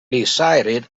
decided